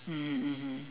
mmhmm mmhmm